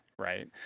Right